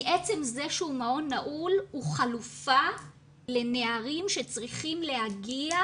מעצם זה שהוא מעון נעול הוא חלופה לנערים שצריכים להגיע